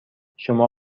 شما